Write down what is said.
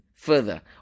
further